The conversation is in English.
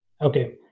Okay